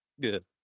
Good